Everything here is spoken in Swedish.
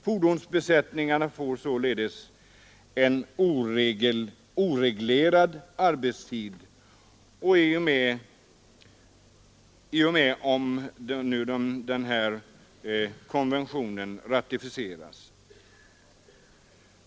Fordonsbesättningarna får således en oreglerad arbetstid om nu konventionen ratificeras.